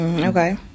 Okay